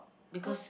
because